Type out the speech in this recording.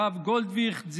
הרב גולדוויכט,